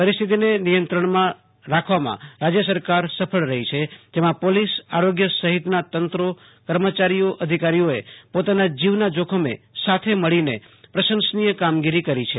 પરિસ્થિતિને નિયંત્રણમાં રાખવામાં રાજ્ય સરકાર સફળ રહી છે જેમાં પોલીસ આરોગ્ય સહિતના તંત્રો કર્મચારી અધિકારીઓએ પોતાના જીવના જોખમે સાથે મળીને પ્રશંસનીય કામગીરી કરી છે